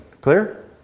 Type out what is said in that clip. Clear